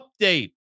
update